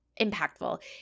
impactful